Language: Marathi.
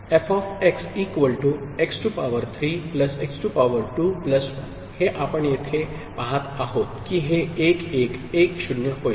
f x3 x2 1 हे आपण येथे पाहत आहोत की हे 1 1 1 0 होईल